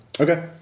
Okay